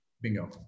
bingo